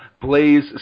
Blaze